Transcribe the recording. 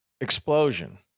explosion